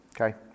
Okay